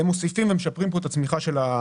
הם מוסיפים, הם משפרים פה את הצמיחה של הכדורגל.